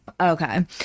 Okay